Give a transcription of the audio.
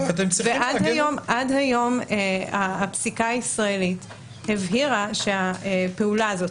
עד היום הפסיקה הישראלית הבהירה שהפעולה הזאת,